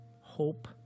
hope